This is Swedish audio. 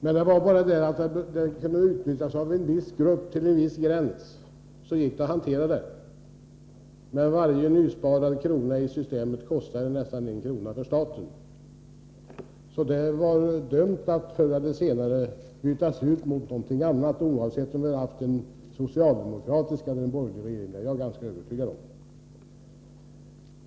Om systemet bara kunde utnyttjas av en viss grupp till en viss gräns, gick det att hantera detsamma. Men varje nysparad krona i detta system kostade staten nästan en krona. Det skulle ha varit dumt att byta ut systemet mot någonting annat, oavsett om det var en socialdemokratisk eller en borgerlig regering. Det är jag övertygad om.